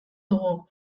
dugu